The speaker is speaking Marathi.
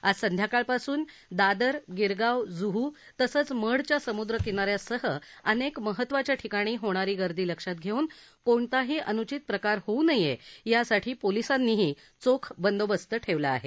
आज संध्याकाळपासून दादर गिरगाव जुहू तसंच मढच्या समुद्र किनाऱ्यासह अनेक महत्त्वाच्या ठिकाणी होणारी गर्दी लक्षात घेऊन कोणताही अनुचित प्रकार होऊ नये यासाठी पोलीसांनीही चोख बंदोबस्त ठेवला आहे